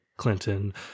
Clinton